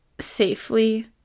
safely